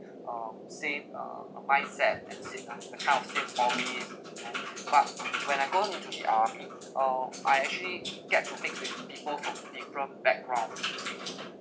uh same (uh)a mindset and think ah that kind of thing probably but when I go go into the army uh I actually get to mix with people from different background